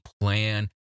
plan